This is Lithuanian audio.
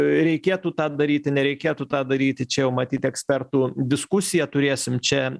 reikėtų tą daryti nereikėtų tą daryti čia jau matyt ekspertų diskusiją turėsim čia